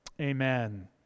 Amen